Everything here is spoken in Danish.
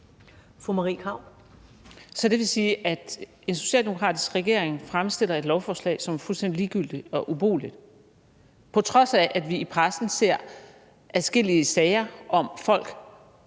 Krarup (DF): Så det vil sige, at en socialdemokratisk regering fremsætter et lovforslag, som er fuldstændig ligegyldigt og ubrugeligt – på trods af at vi i pressen ser adskillige sager om folk,